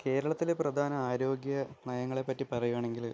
കേരളത്തിലെ പ്രാധാന ആരോഗ്യ നയങ്ങളെപ്പറ്റി പറയുകയാണെങ്കിൽ